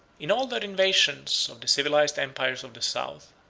in all their invasions of the civilized empires of the south,